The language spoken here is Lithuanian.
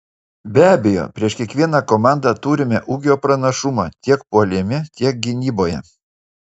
be abejo prieš kiekvieną komandą turime ūgio pranašumą tiek puolime tiek gynyboje